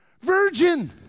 virgin